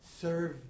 Serve